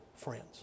friends